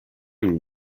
him